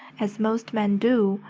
as most men do,